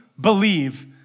believe